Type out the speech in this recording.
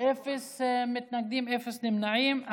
אפס מתנגדים ואפס נמנעים.